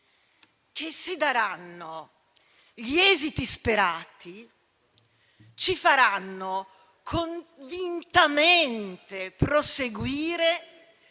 che, se daranno gli esiti sperati, ci faranno convintamente proseguire